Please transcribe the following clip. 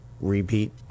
repeat